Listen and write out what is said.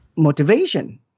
Motivation